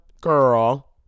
girl